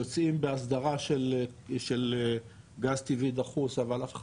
יוצאים באסדרה של גז טבעי דחוס אבל אף אחד